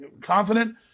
confident